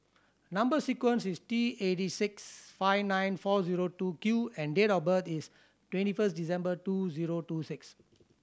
number sequence is T eighty six five nine four zero two Q and date of birth is twenty first December two zero two six